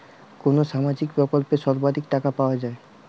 কোন সামাজিক প্রকল্পে সর্বাধিক টাকা পাওয়া য়ায়?